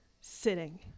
sitting